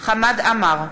חמד עמאר,